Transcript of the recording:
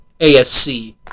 ASC